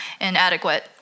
inadequate